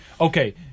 okay